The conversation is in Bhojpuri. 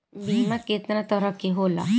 बीमा केतना तरह के होला?